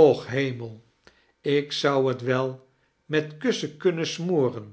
och heimeil iik zou het wel met kussen kunnen smoreci